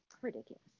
Ridiculous